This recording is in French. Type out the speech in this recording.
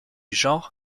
genre